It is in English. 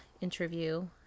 interview